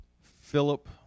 Philip